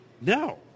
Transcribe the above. No